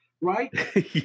Right